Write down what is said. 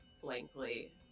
blankly